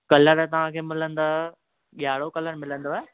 colour तव्हां खे मिलंदव ॻाड़िहो कलर मिलंदव